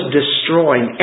destroying